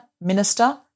Minister